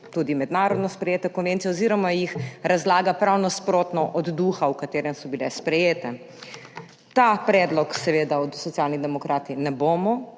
tudi mednarodno sprejete konvencije oziroma jih razlaga prav nasprotno od duha, v katerem so bile sprejete. Tega predloga Socialni demokrati seveda